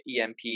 emp